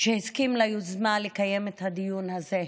שהסכים ליוזמה לקיים את הדיון הזה.